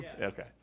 Okay